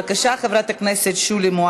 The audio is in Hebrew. אוקיי, רבותי,